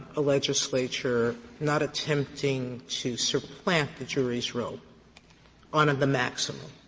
a legislature not attempting to supplant the jury's role on the maximum.